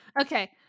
Okay